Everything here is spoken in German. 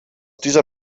dieser